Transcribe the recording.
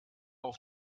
auf